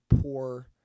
poor